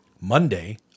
Monday